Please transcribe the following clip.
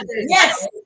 Yes